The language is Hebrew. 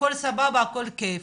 הכל סבבה וכיף,